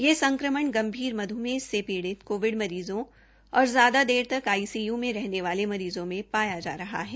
यह संक्रमण गंभीर मध्मेह से पीडि़त कोविड मरीज़ों और ज्यादा देर तक आईसीयू में रहने वाले मरीज़ों में पाया जा रहा है